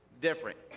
different